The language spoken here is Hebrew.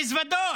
מזוודות,